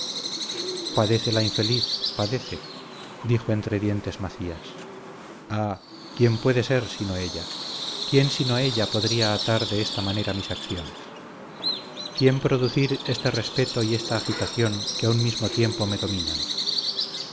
padece la infeliz padece dijo entre dientes macías ah quién puede ser sino ella quién sino ella podría atar de esta manera mis acciones quién producir este respeto y esta agitación que a un mismo tiempo me dominan un